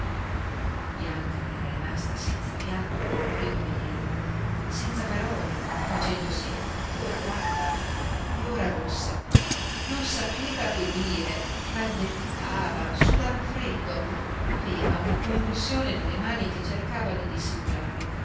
bianca era rimasta senza fiato al primo vederlo senza parole facendosi ora pallida e ora rossa non sapeva che dire balbettava sudava freddo aveva una convulsione nelle mani che cercava di dissimulare